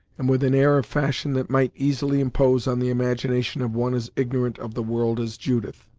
and with an air of fashion that might easily impose on the imagination of one as ignorant of the world as judith.